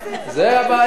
זאת הבעיה?